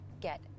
get